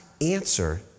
answer